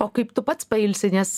o kaip tu pats pailsi nes